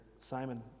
Simon